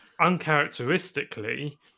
uncharacteristically